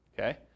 Okay